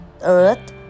earth